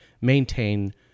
maintain